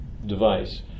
device